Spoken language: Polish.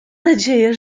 nadzieję